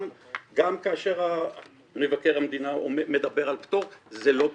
גם כאשר מבקר המדינה מדבר על פטור, זה לא פטור.